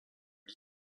lis